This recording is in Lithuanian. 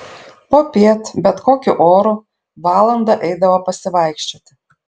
popiet bet kokiu oru valandą eidavo pasivaikščioti